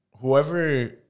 whoever